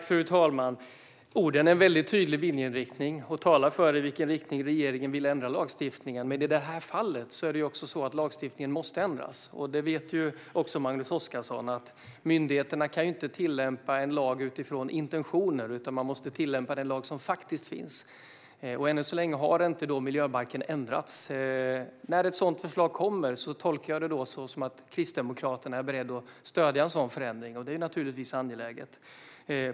Fru talman! Orden vittnar om en tydlig viljeinriktning och talar om i vilken riktning regeringen vill ändra lagstiftningen. Men i detta fall måste lagstiftningen ändras. Magnus Oscarsson vet ju också att myndigheterna inte kan tillämpa en lag utifrån intentioner, utan man måste tillämpa den lag som faktiskt finns. Än så länge har inte miljöbalken ändrats. När ett sådant förslag kommer tolkar jag det som att Kristdemokraterna är beredda att stödja en sådan förändring, och det är naturligtvis angeläget.